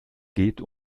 geht